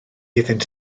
iddynt